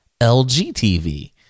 lgtv